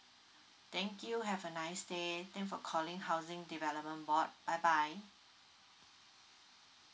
thank you have a nice day for calling housing development board bye bye